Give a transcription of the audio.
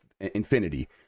infinity